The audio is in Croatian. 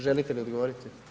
Želite li odgovoriti?